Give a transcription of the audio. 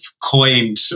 coined